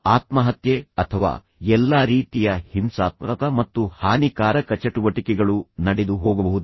ಆತ್ಮಹತ್ಯೆ ಅಥವಾ ಎಲ್ಲಾ ರೀತಿಯ ಹಿಂಸಾತ್ಮಕ ಮತ್ತು ಹಾನಿಕಾರಕ ಚಟುವಟಿಕೆಗಳನ್ನು ನಡೆದು ಹೋಗಬಹುದು